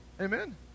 Amen